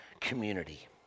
community